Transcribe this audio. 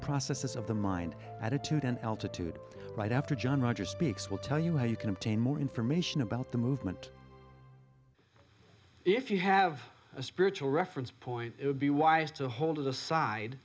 processes of the mind attitude and altitude right after john rogers speaks we'll tell you how you can obtain more information about the movement if you have a spiritual reference point it would be wise to hold as